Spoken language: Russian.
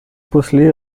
после